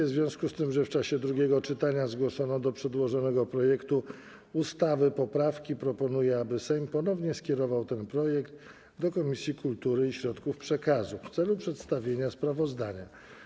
W związku z tym, że w czasie drugiego czytania zgłoszono do przedłożonego projektu ustawy poprawki, proponuję, aby Sejm ponownie skierował ten projekt do Komisji Kultury i Środków Przekazu w celu przedstawienia sprawozdania.